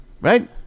right